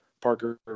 Parker